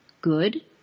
Good